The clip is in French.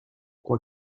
crois